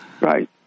Right